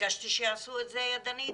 ביקשתי שיעשו את זה ידנית,